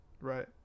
Right